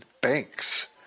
banks